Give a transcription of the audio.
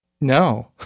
No